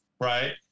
Right